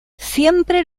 siempre